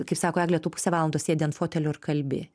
kaip sako egle tų pusę valandos sėdi ant fotelio ir kalbi